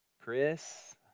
Chris